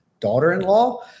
Daughter-in-law